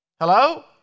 Hello